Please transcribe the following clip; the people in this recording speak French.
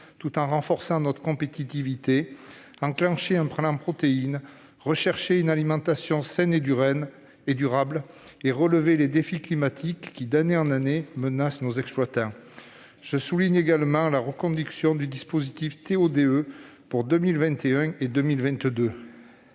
tout en renforçant notre compétitivité, enclencher un plan Protéines végétales, développer une alimentation saine et durable, relever les défis climatiques qui, d'année en année, menacent nos exploitations. Ajoutons à ce tableau la reconduction du dispositif TO-DE pour 2021 et 2022.